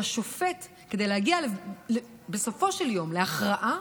השופט, כדי להגיע בסופו של יום להכרעה,